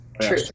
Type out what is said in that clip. True